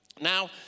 Now